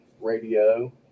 radio